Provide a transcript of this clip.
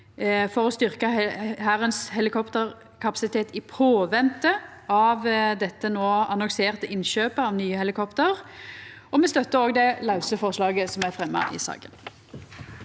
for å styrkja Hærens helikopterkapasitet – i påvente av dette no annonserte innkjøpet av nye helikopter. Me støttar òg det lause forslaget som er fremja i saka.